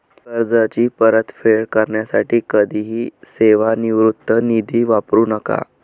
कर्जाची परतफेड करण्यासाठी कधीही सेवानिवृत्ती निधी वापरू नका